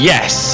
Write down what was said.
Yes